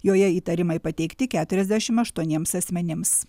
joje įtarimai pateikti keturiasdešimt aštuoniems asmenims